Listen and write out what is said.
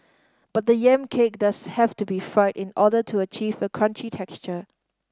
but the yam cake does have to be fried in order to achieve a crunchy texture